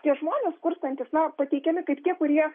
tie žmonės skurstantys na pateikiami kaip tie kurie